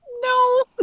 No